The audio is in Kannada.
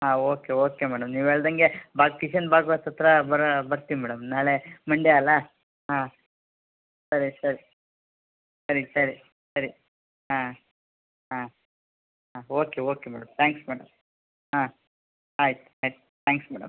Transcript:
ಹಾಂ ಓಕೆ ಓಕೆ ಮೇಡಮ್ ನೀವು ಹೇಳ್ದಂಗೆ ಬಾ ಕಿಶನ್ ಭಾಗ್ವತ್ರು ಹತ್ರ ಬರ ಬರ್ತೀನಿ ಮೇಡಮ್ ನಾಳೆ ಮಂಡೆ ಅಲ್ಲಾ ಹಾಂ ಸರಿ ಸರಿ ಸರಿ ಸರಿ ಸರಿ ಹಾಂ ಹಾಂ ಹಾಂ okay okay madam thanks madam ಹಾಂ ಆಯ್ತು ಆಯ್ತು ತ್ಯಾಂಕ್ಸ್ ಮೇಡಮ್